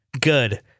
Good